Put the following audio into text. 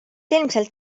ilmselt